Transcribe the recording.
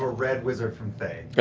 red wizard from fey,